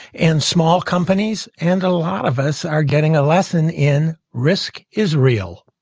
and small companies and a lot of us are getting a lesson in, risk is real.